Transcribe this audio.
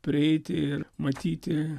prieiti ir matyti